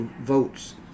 votes